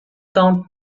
count